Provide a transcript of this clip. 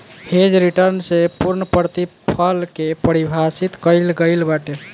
hedge return से पूर्णप्रतिफल के पारिभाषित कईल गईल बाटे